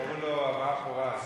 קראו לו אברהם פורז.